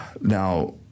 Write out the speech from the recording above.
Now